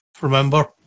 Remember